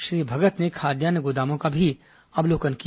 श्री भगत ने खाद्यान्न गोदामों का भी अवलोकन किया